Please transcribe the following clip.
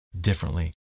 differently